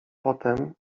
potem